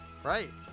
Right